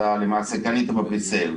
שקנית ב-pre sale?